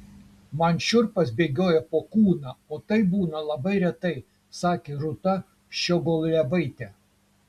man šiurpas bėgioja po kūną o tai būna labai retai sakė rūta ščiogolevaitė